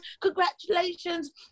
congratulations